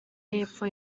y’epfo